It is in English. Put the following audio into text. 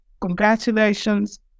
congratulations